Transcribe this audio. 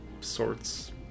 sorts